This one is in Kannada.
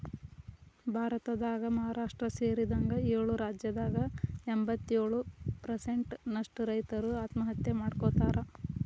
ಭಾರತದಾಗ ಮಹಾರಾಷ್ಟ್ರ ಸೇರಿದಂಗ ಏಳು ರಾಜ್ಯದಾಗ ಎಂಬತ್ತಯೊಳು ಪ್ರಸೆಂಟ್ ನಷ್ಟ ರೈತರು ಆತ್ಮಹತ್ಯೆ ಮಾಡ್ಕೋತಾರ